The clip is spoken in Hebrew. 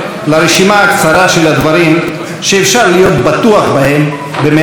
הקצרה של הדברים שאפשר להיות בטוחים בהם במאה אחוז.